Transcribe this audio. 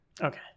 okay